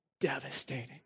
devastating